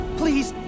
please